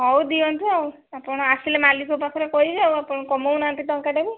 ହଉ ଦିଅନ୍ତୁ ଆଉ ଆପଣ ଆସିଲେ ମାଲିକ ପାଖରେ କହିବି ଆଉ ଆପଣ କମଉ ନାହାନ୍ତି ଟଙ୍କାଟେ ବି